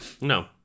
No